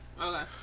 okay